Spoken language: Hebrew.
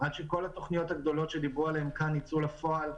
עד שכל התוכניות הגדולות שדיברו עליהן כאן יצאו לפעול,